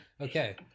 Okay